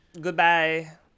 Goodbye